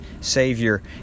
savior